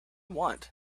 want